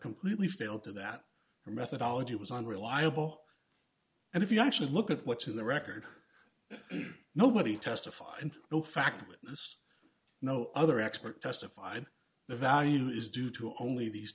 completely failed to that or methodology was unreliable and if you actually look at what's in the record nobody testified and the fact that this no other expert testified the value is due to only these